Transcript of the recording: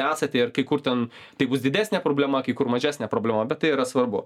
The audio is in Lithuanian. esate ir kai kur ten tai bus didesnė problema kai kur mažesnė problema bet tai yra svarbu